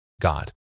God